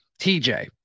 TJ